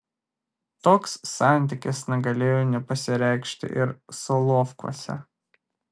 toks santykis negalėjo nepasireikšti ir solovkuose